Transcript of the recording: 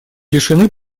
лишены